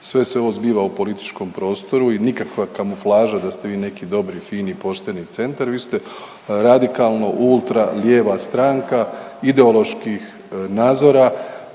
sve se ovo zbiva u političkom prostoru i nikakva kamuflaža da ste vi neki dobri, fini i pošteni centar, vi ste radikalno ultra lijeva stranka ideoloških nadzora